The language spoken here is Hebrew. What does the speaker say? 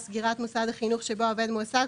סגירת מוסד החינוך שבו העובד מועסק,